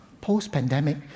post-pandemic